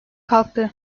kalktı